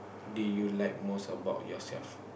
do you like most about yourself